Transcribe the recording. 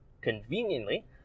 conveniently